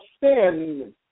sin